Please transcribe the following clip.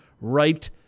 right